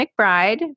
McBride